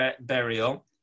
burial